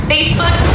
Facebook